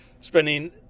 Spending